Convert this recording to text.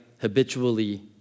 habitually